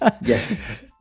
Yes